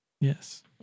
Yes